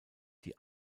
die